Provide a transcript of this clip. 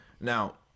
now